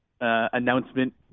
announcement